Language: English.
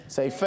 Say